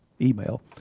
email